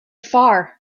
far